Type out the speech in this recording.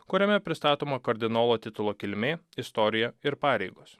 kuriame pristatoma kardinolo titulo kilmė istorija ir pareigos